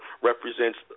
represents